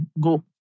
Go